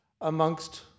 amongst